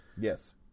Yes